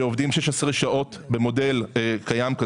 שעובדים 16 שעות במודל קיים,